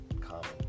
common